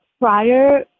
prior